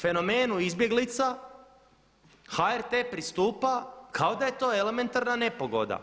Fenomenu izbjeglica HRT pristupa kao da je to elementarna nepogoda.